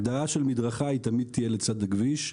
הגדרה של מדרכה היא תמיד תהיה לצד כביש,